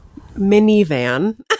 minivan